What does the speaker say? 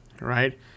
right